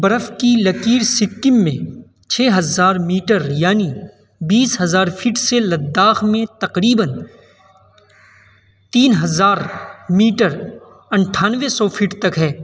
برف کی لکیر سکم میں چھ ہزار میٹر یعنی بیس ہزار فٹ سے لداخ میں تقریباً تین ہزار میٹر انٹھانوے سو فٹ تک ہے